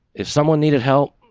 if someone needed help,